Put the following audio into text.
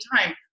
time